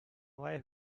wife